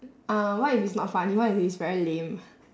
uh what if it's not funny what if it's very lame